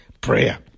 Prayer